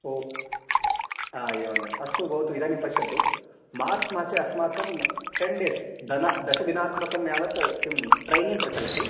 ओ अ एवमेवम् अस्तु भोः भवतु इदानीं पश्यतु मार्च् मासे अस्माकं टेन् डेस् दश् दशदिनात्मकं यावत्स् किं ट्रैनिङ्ग् प्रचलति